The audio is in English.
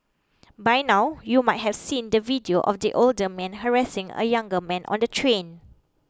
by now you might have seen the video of the older man harassing a younger man on the train